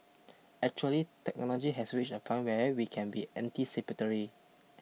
actually technology has reached a point where we can be anticipatory